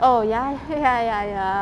oh ya ya ya ya